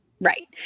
right